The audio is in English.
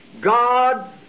God